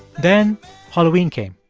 then halloween came.